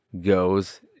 goes